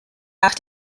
nach